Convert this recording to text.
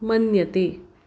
मन्यते